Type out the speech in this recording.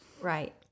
Right